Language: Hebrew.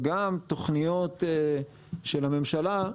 וגם תוכניות של הממשלה,